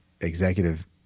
executive